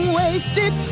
wasted